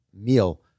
meal